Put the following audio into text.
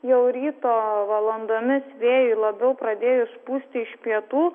jau ryto valandomis vėjui labiau pradėjus pūsti iš pietų